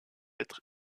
être